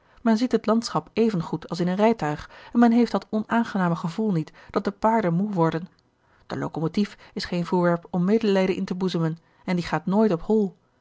men ziet het landschap even goed als in een rijtuig en men heeft dat onaangename gevoel niet dat de paarden moe worden de locomotief is geen voorwerp om medelijden in te boezemen en die gaat nooit op hol